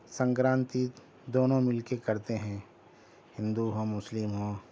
سنکرانتی دونوں مل کے کرتے ہیں ہندو ہوں مسلم ہوں